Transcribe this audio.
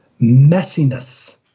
messiness